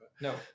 no